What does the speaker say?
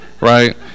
right